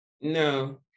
No